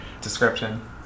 description